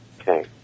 Okay